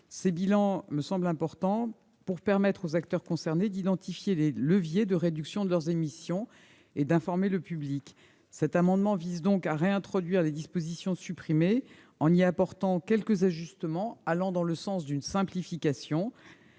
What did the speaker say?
Ces bilans me semblent importants pour permettre aux acteurs concernés d'identifier les leviers de réduction de leurs émissions et pour informer le public. Cet amendement vise donc à réintroduire les dispositions supprimées, en y apportant quelques ajustements allant dans le sens d'une simplification.